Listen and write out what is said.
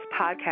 podcast